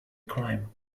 crime